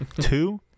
two